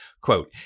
Quote